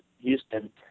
Houston